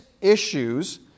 issues